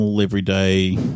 everyday